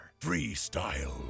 Freestyle